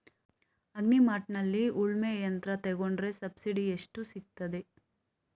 Agri ಮಾರ್ಟ್ನಲ್ಲಿ ಉಳ್ಮೆ ಯಂತ್ರ ತೆಕೊಂಡ್ರೆ ಸಬ್ಸಿಡಿ ಎಷ್ಟು ಸಿಕ್ತಾದೆ?